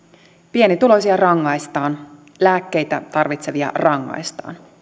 pienituloisia rangaistaan lääkkeitä tarvitsevia rangaistaan